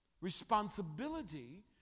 Responsibility